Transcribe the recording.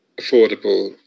affordable